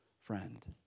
friend